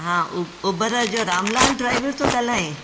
हा उ उबर जो रामलाल ड्राइवर थो ॻाल्हाइं